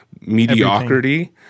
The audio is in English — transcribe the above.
mediocrity